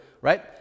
right